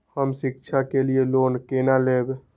हम शिक्षा के लिए लोन केना लैब?